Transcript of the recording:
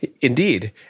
Indeed